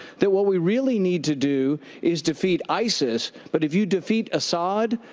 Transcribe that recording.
that what we really need to do is defeat isis. but if you defeat assad,